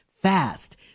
fast